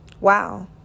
Wow